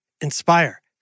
Inspire